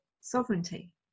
sovereignty